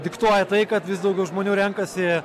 diktuoja tai kad vis daugiau žmonių renkasi